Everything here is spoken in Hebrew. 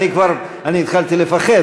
אני התחלתי לפחד,